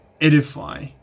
edify